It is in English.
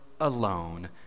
alone